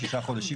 שישה חודשים,